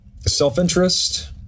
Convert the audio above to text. Self-interest